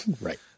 Right